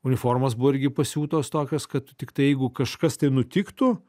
uniformos buvo irgi pasiūtos tokios kad tiktai jeigu kažkas tai nutiktų